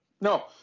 No